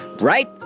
right